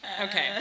Okay